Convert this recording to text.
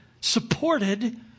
supported